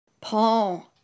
Paul